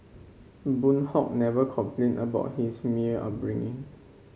Boon Hock never complained about his upbringing